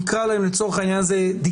נקרא להם לצורך העניין "דיגיטליים",